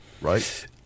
right